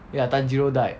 ya tanjiro died